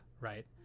right